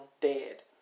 dead